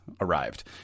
arrived